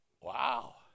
Wow